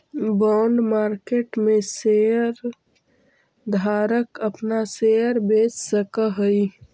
bond market में share धारक अपना शेयर बेच सकऽ हई